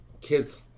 Kids